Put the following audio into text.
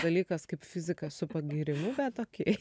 dalykas kaip fizika su pagyrimu bet okei